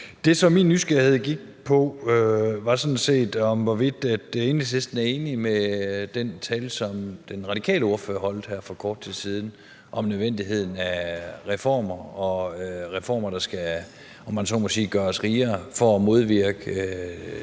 Det, som min nysgerrighed gik på, var sådan set, om Enhedslisten er enig i den tale, som den radikale ordfører holdt her for kort tid siden, om nødvendigheden af reformer, der, om man så må sige, skal gøre os rigere for at modvirke